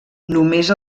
només